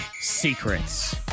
secrets